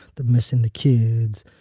the missing the kids,